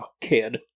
kid